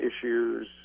issues